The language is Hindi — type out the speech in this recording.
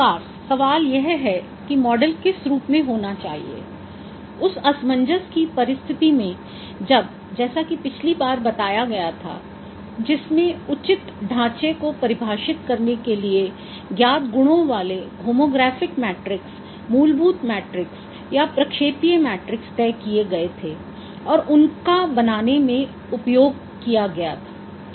इस प्रकार सवाल यह है कि मॉडल किस रूप में होना चाहिए उस असमंजस की परिस्थिति में जब जैसा की पिछली बार बताया गया था जिसमे उचित ढांचे को परिभाषित करने के लिए ज्ञात गुणों वाले होमोग्रफिक मैट्रिक्स मूलभूत मैट्रिक्स या प्रक्षेपीय मैट्रिक्स तय किये गए थे और उनका बनाने में उपयोग किया था